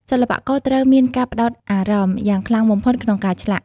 សិល្បករត្រូវមានការផ្តោតអារម្មណ៍យ៉ាងខ្លាំងបំផុតក្នុងការឆ្លាក់។